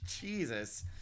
Jesus